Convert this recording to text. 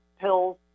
pills